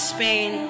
Spain